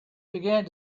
began